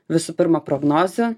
visų pirma prognozę